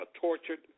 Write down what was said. tortured